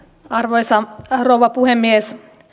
arvoisa rouva puhemies